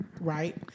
right